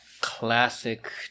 classic